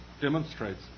demonstrates